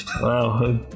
Wow